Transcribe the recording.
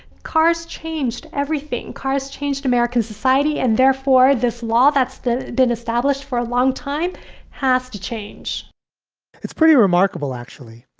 cars changed everything. cars changed american society. and therefore, this law that's been established for a long time has to change it's pretty remarkable, actually.